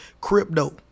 Crypto